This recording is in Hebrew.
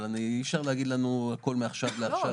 אבל אי אפשר להגיד לנו הכול מעכשיו לעכשיו.